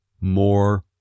more